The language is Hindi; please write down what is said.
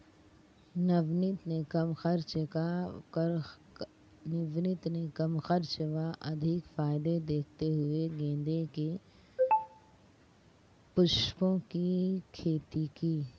नवनीत ने कम खर्च व अधिक फायदे देखते हुए गेंदे के पुष्पों की खेती की